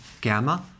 gamma